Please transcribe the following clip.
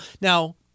now